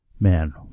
Man